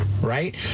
right